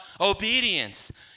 obedience